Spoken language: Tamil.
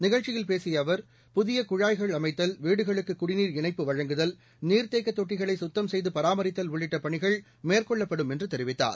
நிகழ்ச்சியில் பேசிய அவர் புதிய குழாய்கள் அமைத்தல் வீடுகளுக்கு குடிநீர் இணைப்பு வழங்குதல் நீர்த்தேக்க தொட்டிகளை சுத்தம் செய்து பராமரித்தல் உள்ளிட்ட பணிகள் மேற்கொள்ளப்படும் என்று தெரிவித்தார்